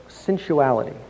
sensuality